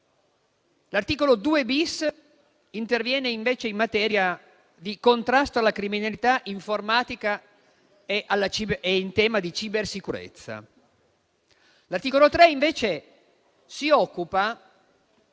L'articolo 2-*bis* interviene invece in materia di contrasto alla criminalità informatica e in tema di cybersicurezza. L'articolo 3, invece, si occupa